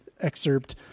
excerpt